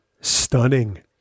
Stunning